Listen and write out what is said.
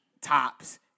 tops